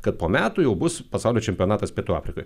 kad po metų jau bus pasaulio čempionatas pietų afrikoj